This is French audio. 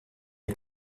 est